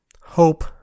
hope